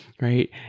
right